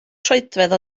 troedfedd